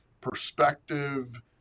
perspective